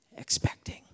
expecting